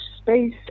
space